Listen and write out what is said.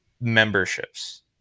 memberships